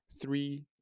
three